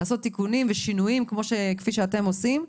וצריך לעשות בו תיקונים ושינויים כפי שאתם עושים,